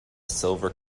silver